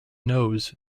nose